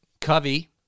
Covey